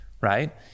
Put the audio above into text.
right